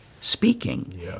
speaking